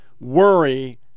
worry